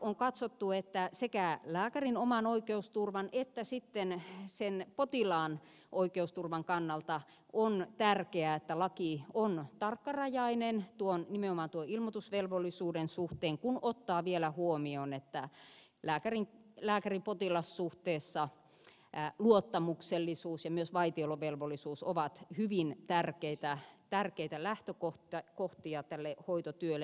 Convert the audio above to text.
on katsottu että sekä lääkärin oman oikeusturvan että sitten sen potilaan oikeusturvan kannalta on tärkeää että laki on tarkkarajainen nimenomaan tuon ilmoitusvelvollisuuden suhteen kun ottaa vielä huomioon että lääkäripotilas suhteessa luottamuksellisuus ja myös vaitiolovelvollisuus ovat hyvin tärkeitä lähtökohtia tälle hoitotyölle